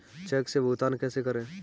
Check से भुगतान कैसे करें?